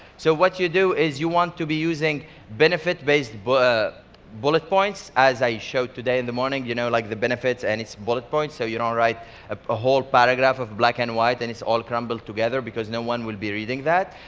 so what you do is, you want to be using benefit-based bullet bullet points as i show today in the morning, you know like the benefits and it's bullet points. so you don't write a whole paragraph of black and white, and it's all crumpled together because no one will be reading that.